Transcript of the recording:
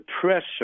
pressure